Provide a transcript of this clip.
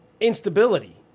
instability